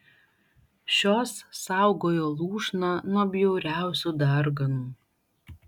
šios saugojo lūšną nuo bjauriausių darganų